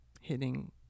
Hitting